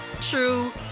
true